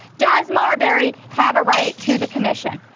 does marbury have a right to the commission?